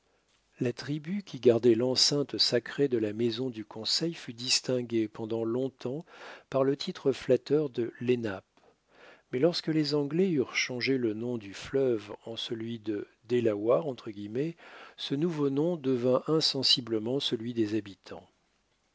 la tribu qui gardait l'enceinte sacrée de la maison du conseil fut distinguée pendant longtemps par le titre flatteur de lenape mais lorsque les anglais eurent changé le nom du fleuve en celui de delaware ce nouveau nom devint insensiblement celui des habitants